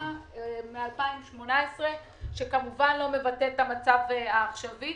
מ-2018 שכמובן לא מבטא את המצב העכשווי.